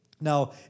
Now